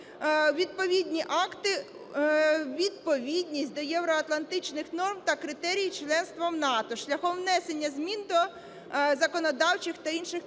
відповідні акти у відповідність до євроатлантичних норм та критеріїв членства в НАТО шляхом внесення змін до законодавчих та інших підзаконних